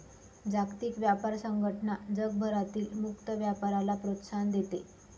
जागतिक व्यापार संघटना जगभरातील मुक्त व्यापाराला प्रोत्साहन देते